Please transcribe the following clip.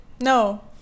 No